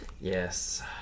Yes